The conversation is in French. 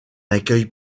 accueil